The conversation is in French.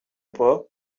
pas